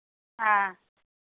ஆ